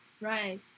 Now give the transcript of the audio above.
Right